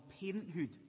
parenthood